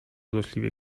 złośliwie